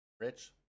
Rich